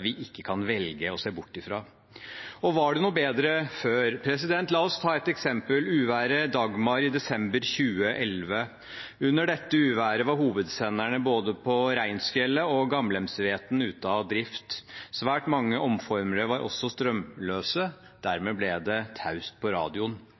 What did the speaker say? vi ikke kan velge å se bort ifra. Og var det nå bedre før? La oss ta et eksempel: uværet Dagmar i desember 2011. Under dette uværet var hovedsenderne på både Reinsfjellet og Gamlemsveten ute av drift. Svært mange omformere var også strømløse. Dermed ble det taust på radioen.